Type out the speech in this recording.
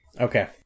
Okay